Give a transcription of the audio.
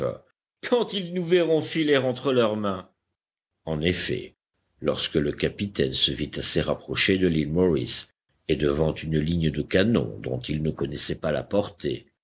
quand ils nous verront filer entre leurs mains en effet lorsque le capitaine se vit assez rapproché de l'île morris et devant une ligne de canons dont il ne connaissait pas la portée